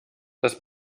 dass